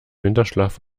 winterschlaf